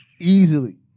Easily